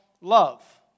love